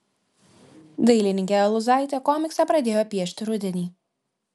dailininkė aluzaitė komiksą pradėjo piešti rudenį